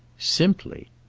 simply!